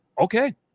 Okay